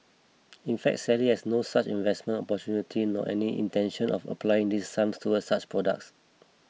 in fact Sally has no such investment opportunity nor any intention of applying these sums towards such products